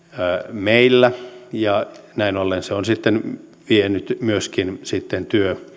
meillä ja näin ollen se on vienyt myöskin sitten